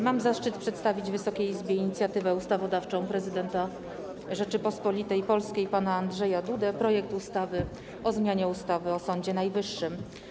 Mam zaszczyt przedstawić Wysokiej Izbie inicjatywę ustawodawczą prezydenta Rzeczypospolitej Polskiej pana Andrzeja Dudy - projekt ustawy o zmianie ustawy o Sądzie Najwyższym.